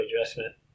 adjustment